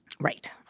Right